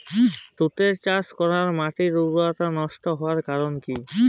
তুতে চাষ করাই মাটির উর্বরতা নষ্ট হওয়ার কারণ কি?